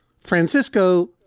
Francisco